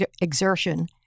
exertion